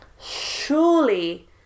Surely